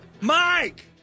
Mike